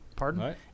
Pardon